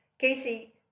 Casey